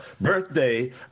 birthday